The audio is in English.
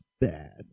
bad